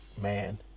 man